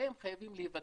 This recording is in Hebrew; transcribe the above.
שניהם חייבים להיבדק.